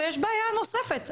ויש בעיה נוספת.